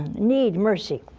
need mercy.